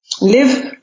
live